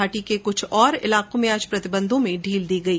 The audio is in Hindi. घाटी के कुछ और इलाकों में आज प्रतिबंधों में ढील दी गई